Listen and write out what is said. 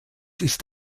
ist